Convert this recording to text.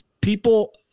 people